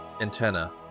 antenna